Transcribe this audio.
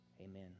Amen